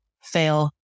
fail